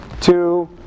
two